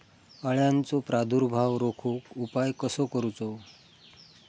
अळ्यांचो प्रादुर्भाव रोखुक उपाय कसो करूचो?